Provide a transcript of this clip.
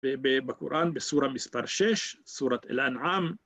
בקוראן בסורה מספר 6, סורת אלען עם.